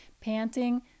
panting